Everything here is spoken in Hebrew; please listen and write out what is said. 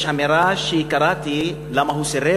יש אמירה שקראתי למה הוא סירב,